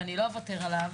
ואני לא אוותר עליו,